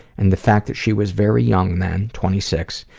and the fact that she was very young then, twenty six,